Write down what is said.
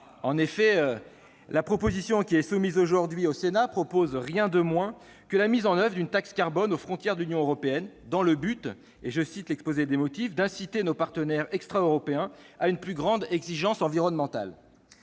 En effet, les auteurs du texte qui est soumis aujourd'hui au Sénat ne proposent rien de moins que la mise en oeuvre d'une taxe carbone aux frontières de l'Union européenne, afin, je cite l'exposé des motifs, « d'inciter nos partenaires extraeuropéens à une plus grande exigence environnementale